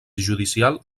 judicial